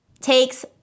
takes